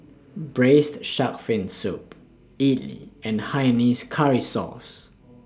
Braised Shark Fin Soup Idly and Hainanese Curry Source